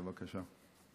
בבקשה.